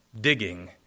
digging